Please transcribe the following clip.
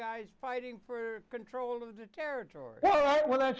guys fighting for control of the territory when i